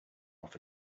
off